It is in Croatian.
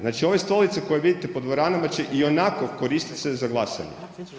Znači, ove stolice koje vidite po dvoranama će ionako koristit se za glasanje.